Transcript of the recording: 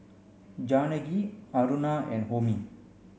Janaki Aruna and Homi